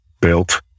built